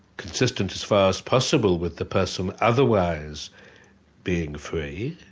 consistent as far as possible with the person otherwise being free,